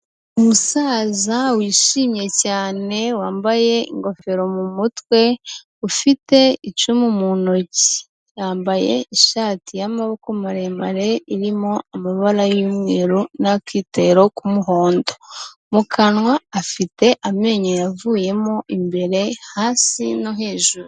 Umusaza wishimye cyane wambaye ingofero mu mutwe, ufite icumu mu ntoki. Yambaye ishati y'amaboko maremare irimo amabara y'umweru n'akitero k'umuhondo. Mu kanwa afite amenyo yavuyemo imbere, hasi no hejuru.